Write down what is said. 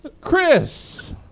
Chris